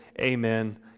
Amen